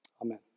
Amen